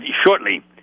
shortly